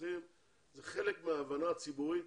זאת חלק מההבנה הציבורית